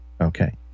Okay